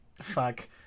Fuck